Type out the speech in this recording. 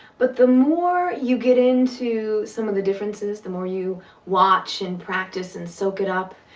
but the more you get into some of the differences, the more you watch, and practice, and soak it up,